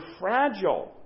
fragile